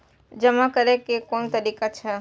जमा करै के कोन तरीका छै?